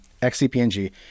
xcpng